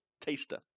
taster